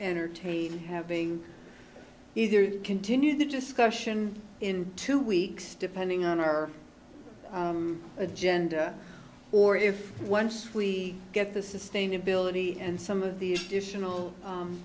entertain having either to continue the discussion in two weeks depending on our agenda or if once we get the sustainability and some of the